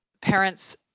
parents